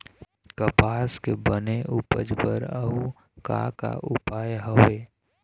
कपास के बने उपज बर अउ का का उपाय हवे?